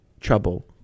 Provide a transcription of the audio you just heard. trouble